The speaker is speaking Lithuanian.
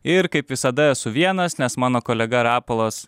ir kaip visada esu vienas nes mano kolega rapolas